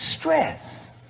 stress